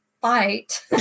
fight